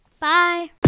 Bye